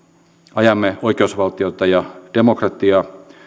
ajamme oikeusvaltiota ja demokratiaa